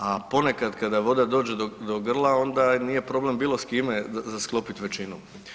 A ponekad kada voda dođe do, do grla onda nije problem bilo s kime za sklopit većinu.